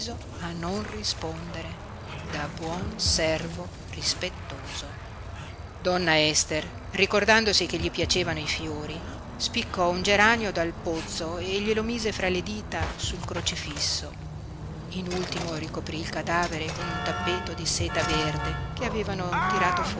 a non rispondere da buon servo rispettoso donna ester ricordandosi che gli piacevano i fiori spiccò un geranio dal pozzo e glielo mise fra le dita sul crocefisso in ultimo ricoprí il cadavere con un tappeto di seta verde che avevano tirato